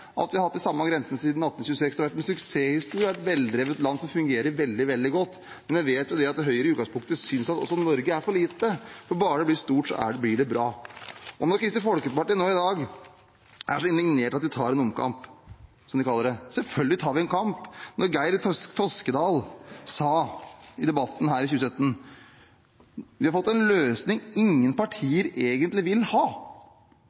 at vi har hatt de samme grensene siden 1826. Det har vært en suksesshistorie, det er et veldrevet land som fungerer veldig, veldig godt. Men jeg vet jo at Høyre i utgangspunktet syns at også Norge er for lite, for bare det blir stort, blir det bra. Kristelig Folkeparti er i dag indignert over at vi tar en omkamp, som de kaller det. Selvfølgelig tar vi en kamp når Geir Toskedal sa i debatten her i 2017 at man har fått «fram en løsning som ingen partier er enig i». Vi har fått en løsning som ingen partier egentlig vil ha,